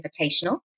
Invitational